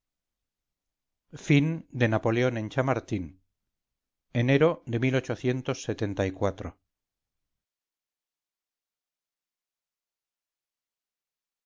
xxix napoleón en chamartín enero de